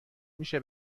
میشه